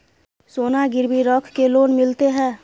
सोना गिरवी रख के लोन मिलते है?